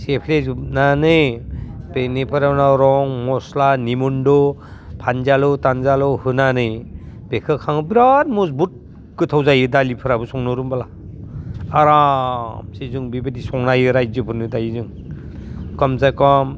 सेफ्लेजोबनानै बेनिफ्राय उनाव रं मस्ला निमन्द' फानजालु थानजालु होनानै बेखो खाङो बिराद मजबुद गोथाव जायो दालिफोराबो संनो रोंबोला आरामसे जों बेबायदि संना होयो रायजोफोरनो दायो जों कमसेकम